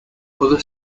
other